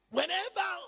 Whenever